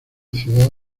ciudad